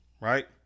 Right